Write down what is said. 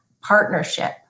partnership